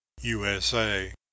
USA